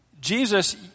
Jesus